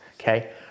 Okay